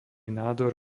nádor